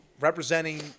Representing